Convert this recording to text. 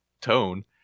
tone